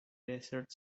desert